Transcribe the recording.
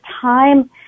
time